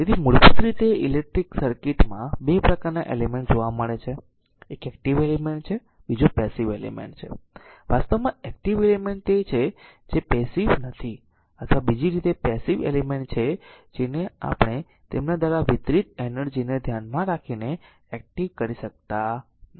તેથી મૂળભૂત રીતે ઇલેક્ટ્રિક સર્કિટ માં 2 પ્રકારના એલિમેન્ટ જોવા મળે છે એક એક્ટીવ એલિમેન્ટ છે બીજો પેસીવ એલિમેન્ટ છે વાસ્તવમાં એક્ટીવ એલિમેન્ટ તે છે જે પેસીવ નથી અથવા બીજી રીતે પેસીવ એલિમેન્ટ છે જેને આપણે તેમના દ્વારા વિતરિત એનર્જી ને ધ્યાનમાં રાખીને એક્ટીવ કરી શકતા નથી